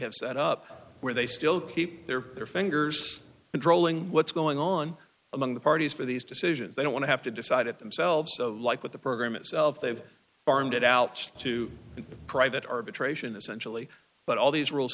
have set up where they still keep their their fingers controlling what's going on among the parties for these decisions they don't want to have to decide it themselves like with the program itself they've farmed it out to private arbitration essentially but all these rules